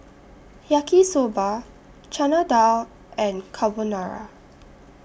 Yaki Soba Chana Dal and Carbonara